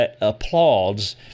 applauds